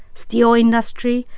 steel industry,